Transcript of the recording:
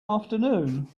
afternoon